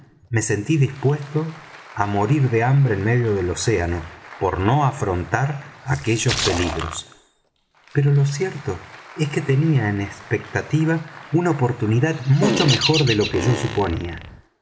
me sentí dispuesto á morir de hambre en medio del océano por no afrontar aquellos peligros pero lo cierto es que tenía en espectativa una oportunidad mucho mejor de lo que yo suponía